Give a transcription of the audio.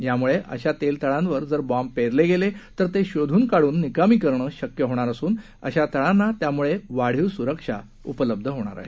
यामुळे अशा तेल तळांवर जर बॉम्ब पेरले गेले तर ते शोधून काढून निकामी करणं शक्य होणार असून अशा तळांना त्यामुळे वाढीव सुरक्षा उपलब्ध होणार आहे